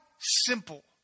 simple